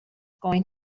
going